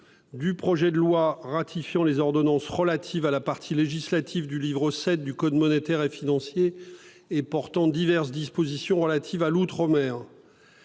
du projet de loi ratifiant les ordonnances relatives à la partie législative du livre VII du code monétaire et financier et portant diverses dispositions relatives à l'outre-mer